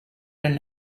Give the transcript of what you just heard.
and